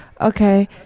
Okay